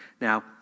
Now